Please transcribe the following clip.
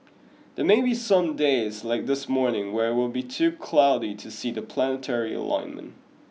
there may be some days like this morning where it will be too cloudy to see the planetary alignment